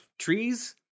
trees